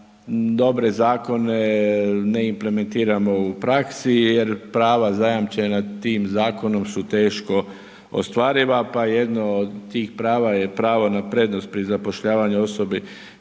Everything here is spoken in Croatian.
dobre zakone ne implementiramo u praksi jer prava zajamčena tim zakonom su teško ostvariva pa jedno od tih prava je pravo na prednost pri zapošljavanju osobi